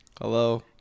Hello